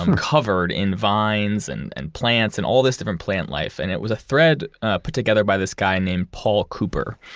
um covered in vines and and plants and all this different plant life and it was a thread ah put together by this guy named paul cooper.